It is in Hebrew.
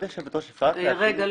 אתם לא